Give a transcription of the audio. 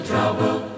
Trouble